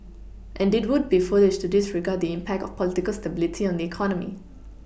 and it would be foolish to disregard the impact of political stability on the economy